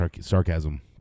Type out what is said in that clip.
sarcasm